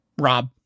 Rob